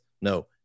no